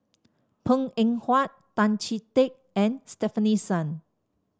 Png Eng Huat Tan Chee Teck and Stefanie Sun